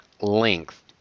length